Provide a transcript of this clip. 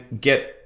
get